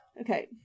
Okay